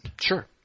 Sure